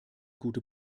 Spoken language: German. gute